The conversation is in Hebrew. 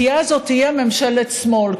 כי אז זו תהיה ממשלת שמאל,